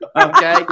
Okay